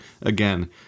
again